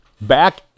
Back